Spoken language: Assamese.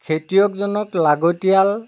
খেতিয়কজনক লাগতিয়াল